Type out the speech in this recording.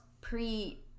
pre-